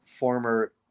former